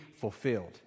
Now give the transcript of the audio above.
fulfilled